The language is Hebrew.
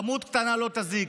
כמות קטנה לא תזיק.